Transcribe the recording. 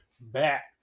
back